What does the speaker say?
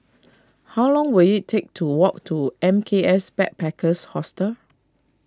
how long will it take to walk to M K S Backpackers Hostel